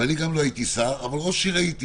ואני גם לא הייתי שר, אבל ראש עיר הייתי,